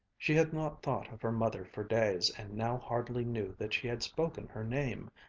she had not thought of her mother for days, and now hardly knew that she had spoken her name.